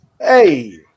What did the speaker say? Hey